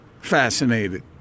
fascinated